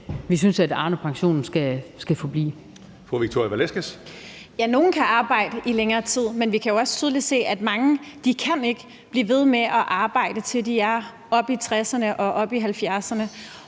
Victoria Velasquez (EL): Ja, nogle kan arbejde i længere tid, men vi kan jo også tydeligt se, at mange ikke kan blive ved med at arbejde til, de er oppe i 60'erne og oppe